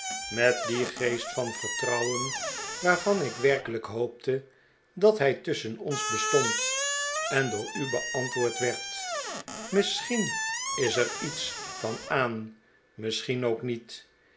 met dien geest van vertrouwen waarvan ik werkelijk hoopte dat hij tusschen ons bestond en door u beantwoord werd misschien is er iets van aan misschien ook niet